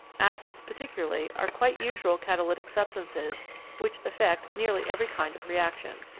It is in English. acids particularly are quite usual catalytic substances which affect nearly every kind of reaction.